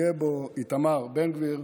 יהיה בו איתמר בן גביר.